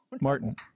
Martin